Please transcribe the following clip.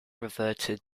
reverted